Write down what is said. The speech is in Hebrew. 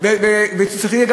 ותסלחי לי,